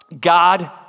God